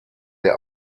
der